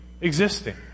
existing